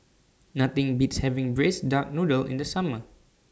Nothing Beats having Braised Duck Noodle in The Summer